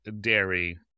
dairy